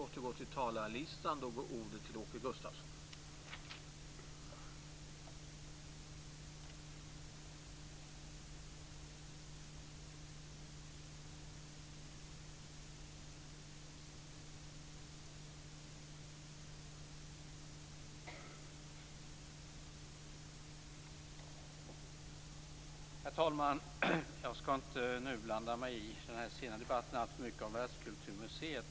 Jag skall inte nu alltför mycket blanda mig i den senare debatten om Världskulturmuseet.